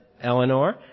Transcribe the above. Eleanor